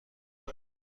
کنم